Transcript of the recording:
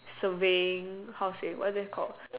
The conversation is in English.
surveying how to say what is that called